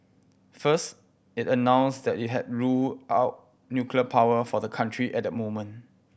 first it announced that it had ruled out nuclear power for the country at the moment